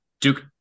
Duke